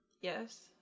Yes